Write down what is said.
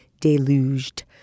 Deluged